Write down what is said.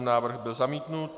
Návrh byl zamítnut.